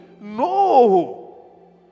No